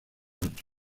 oporto